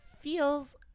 feels